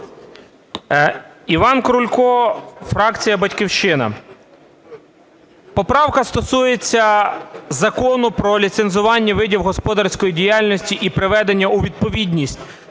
Іван Крулько, фракція "Батьківщина". Поправка стосується Закону про ліцензування видів господарської діяльності і приведення у відповідність